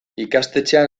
ikastetxean